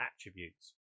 attributes